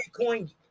bitcoin